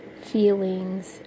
feelings